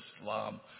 Islam